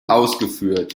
ausgeführt